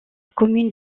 commune